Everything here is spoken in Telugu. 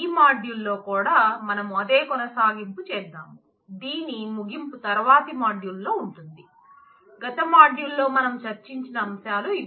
ఈ మాడ్యూల్ లో కూడా మనం అదే కొనసాగింపు చేద్దాం దీని ముగింపు తర్వాతి మాడ్యూల్లో ఉంటుంది గత మాడ్యూల్ లో మనం చర్చించిన అంశాలు ఇవి